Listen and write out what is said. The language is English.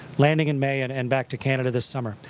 landing in may, and and back to canada this summer.